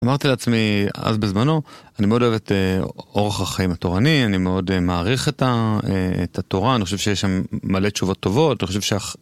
אמרתי לעצמי אז בזמנו, אני מאוד אוהב את אורח החיים התורני, אני מאוד מעריך את התורה, אני חושב שיש שם מלא תשובות טובות, אני חושב ש...